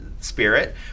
spirit